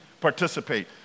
participate